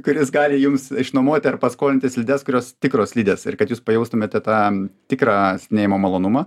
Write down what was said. kuris gali jums išnuomoti ar paskolinti slides kurios tikros slidės ir kad jūs pajaustumėte tą tikrą sidnėjimo malonumą